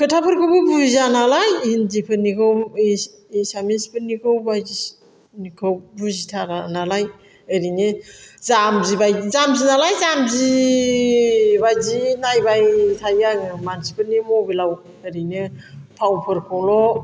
खोथाफोरखौबो बुजिया नालाय हिन्दिफोरनिखौ एसामिसफोरनिखौ बायदिसिनानिखौ बुजिथारा नालाय ओरैनो जाम्बि बायदि जाम्बि नालाय जाम्बि बायदि नायबाय थायो आङो मानसिफोरनि मबाइलाव ओरैनो फावफोरखौल'